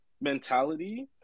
mentality